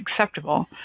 acceptable